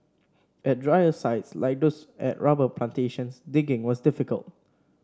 at drier sites like those at rubber plantations digging was difficult